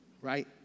right